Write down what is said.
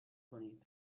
کنید